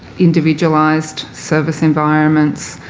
individualised service environments,